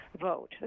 Vote